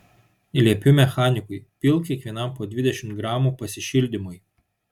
liepiu mechanikui pilk kiekvienam po dvidešimt gramų pasišildymui